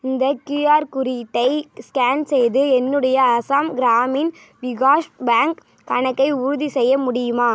இந்த கியூஆர் குறியீட்டை ஸ்கேன் செய்து என்னுடைய அசாம் கிராமின் விகாஷ் பேங்க் கணக்கை உறுதி செய்ய முடியுமா